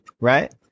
right